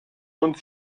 uns